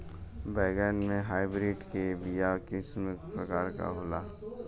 बैगन के हाइब्रिड के बीया किस्म क प्रकार के होला?